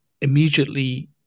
immediately